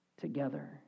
together